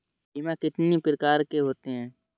बीमा कितनी प्रकार के होते हैं?